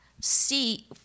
see